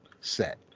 set